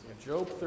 Job